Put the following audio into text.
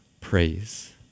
praise